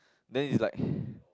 then it's like